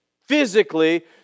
physically